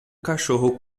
cachorro